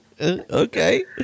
Okay